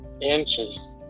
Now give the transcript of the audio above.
Inches